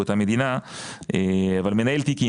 מנהל תיקים.